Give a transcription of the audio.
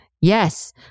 yes